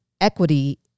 equity